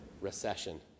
recession